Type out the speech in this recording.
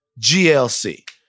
GLC